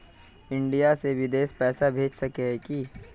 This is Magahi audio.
इंडिया से बिदेश पैसा भेज सके है की?